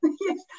Yes